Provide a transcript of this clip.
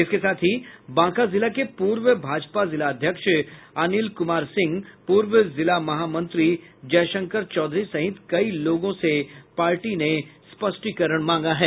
इसके साथ ही बांका जिला के पूर्व भाजपा जिलाध्यक्ष अनिल कुमार सिंह पूर्व जिला महामंत्री जयशंकर चौधरी सहित कई लोगों से पार्टी ने स्पष्टीकरण मांगा है